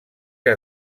que